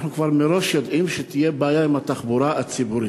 אנחנו כבר מראש יודעים שתהיה בעיה עם התחבורה הציבורית,